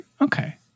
Okay